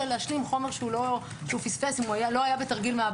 להשלים חומר שהוא פספס אם הוא לא היה בתרגיל מעבדה.